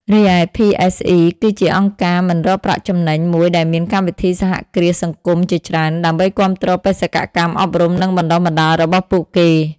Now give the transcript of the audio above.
រីឯ ភី អេស អុី គឺជាអង្គការមិនរកប្រាក់ចំណេញមួយដែលមានកម្មវិធីសហគ្រាសសង្គមជាច្រើន ដើម្បីគាំទ្របេសកកម្មអប់រំ និងបណ្តុះបណ្តាលរបស់ពួកគេ ។